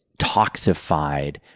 toxified